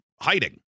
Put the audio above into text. hiding